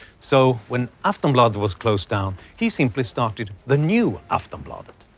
so, when aftonbladet was closed down, he simply started the new aftonbladet.